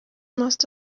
must